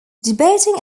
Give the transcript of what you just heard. debating